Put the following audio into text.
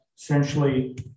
essentially